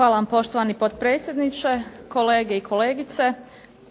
Hvala vam poštovani potpredsjedniče. Kolege i kolegice,